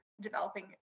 developing